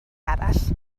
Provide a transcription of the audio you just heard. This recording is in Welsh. arall